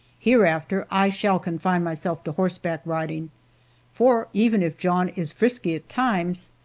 hereafter i shall confine myself to horseback riding for, even if john is frisky at times,